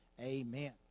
amen